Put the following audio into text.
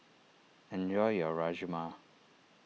enjoy your Rajma